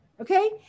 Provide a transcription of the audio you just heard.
Okay